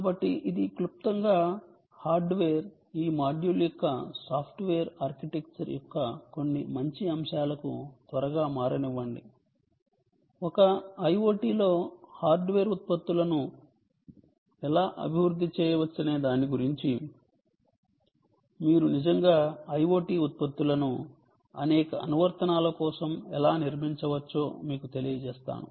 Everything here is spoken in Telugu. కాబట్టి ఇది క్లుప్తంగా హార్డ్వేర్ ఈ మాడ్యూల్ యొక్క సాఫ్ట్వేర్ ఆర్కిటెక్చర్ యొక్క కొన్ని మంచి అంశాలకు త్వరగా మారనివ్వండి ఒక IoT లో హార్డ్వేర్ ఉత్పత్తులను ఎలా అభివృద్ధి చేయవచ్చనే దాని గురించి మీరు నిజంగా IoT ఉత్పత్తులను అనేక అనువర్తనాల కోసం ఎలా నిర్మించవచ్చో మీకు తెలియజేస్తాను